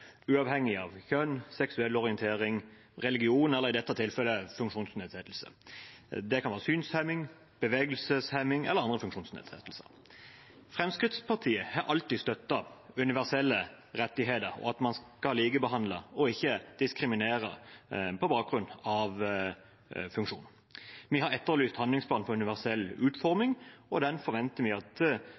uavhengig av kjønn, seksuell orientering, religion, eller i dette tilfellet funksjonsnedsettelse – det kan være synshemming, bevegelseshemming eller andre funksjonsnedsettelser. Fremskrittspartiet har alltid støttet universelle rettigheter og at man skal likebehandle og ikke diskriminere på bakgrunn av funksjon. Vi har etterlyst handlingsplan for universell utforming, og der forventer vi at